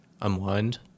unwind